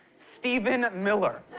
stephen miller.